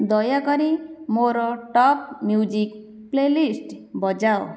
ଦୟାକରି ମୋର top music playlist ବଜାଅ